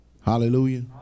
Hallelujah